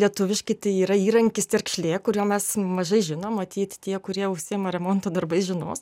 lietuviški tai yra įrankis terkšlė kurio mes mažai žinom matyt tie kurie užsiima remonto darbais žinos